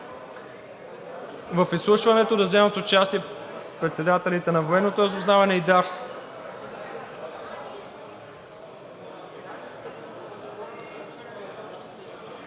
В изслушването да вземат участие председателите на Военното разузнаване и ДАР.